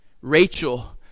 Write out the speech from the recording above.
Rachel